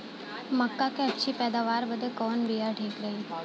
मक्का क अच्छी पैदावार बदे कवन बिया ठीक रही?